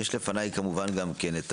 יש לפני כמובן גם כן את